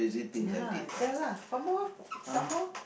ya lah tell lah some more some more